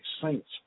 saints